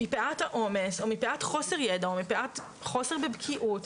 מפאת העומס או מפאת חוסר ידע או חוסר בבקיאות,